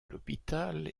l’hôpital